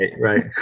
Right